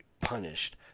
punished